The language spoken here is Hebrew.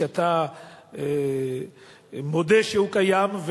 אתה מודה שהוא קיים,